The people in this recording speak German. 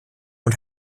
und